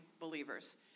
believers